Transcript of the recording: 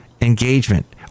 engagement